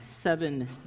seven